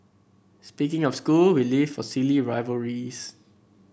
speaking of school we live for silly rivalries